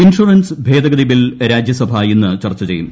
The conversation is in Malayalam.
ഇൻഷറൻസ് ഭേദ്ഗ്തി ബിൽ രാജ്യസഭ ഇന്ന് ചർച്ച ചെയ്യും